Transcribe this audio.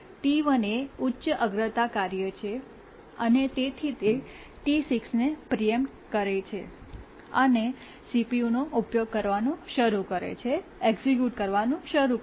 T1 એ ઉચ્ચ અગ્રતા છે અને તેથી તે T6 ને પ્રીએમ્પ્ટ કરે છે અને CPUનો ઉપયોગ કરવાનું શરૂ કર્યું એક્ઝેક્યુટ કરવાનું શરૂ કર્યું